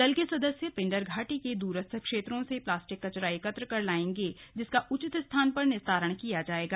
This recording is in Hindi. दल के सदस्य पिंडर घाटी के दूरस्थ क्षेत्रों से प्लास्टिक कचरा एकत्र कर लाएंगे जिसका उचित स्थान पर निस्तारण किया जाएगा